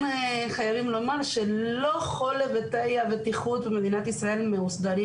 כן חייבים לומר שלא כל תנאי הבטיחות במדינת ישראל מוסדרים